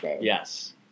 Yes